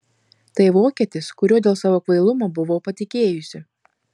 tai vokietis kuriuo dėl savo kvailumo buvau patikėjusi